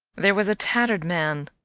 there was a tattered man,